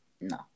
No